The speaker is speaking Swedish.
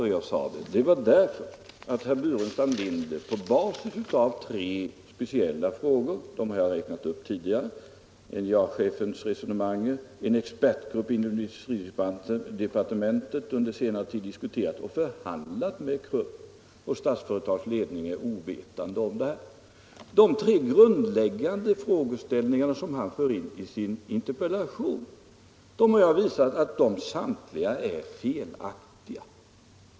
Att jag förde saken på tal berodde på att herr Burenstam Linder baserat sin interpellation på tre påståenden, som jag räknat upp tidigare, nämligen att NJA-chefen inte sedan 1973 diskuterat denna fråga med Krupp, att en expertgrupp inom industridepartementet under senare tid diskuterat och förhandlat med Krupp och att Statsföretags ledning är ovetande om detta. Jag har nu redovisat att dessa tre grundläggande förutsättningar, som herr Burenstam Linder grundar sin interpellation på, samtliga är felaktiga.